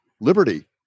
liberty